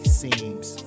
seems